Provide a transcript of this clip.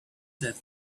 that